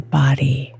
body